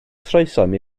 troesom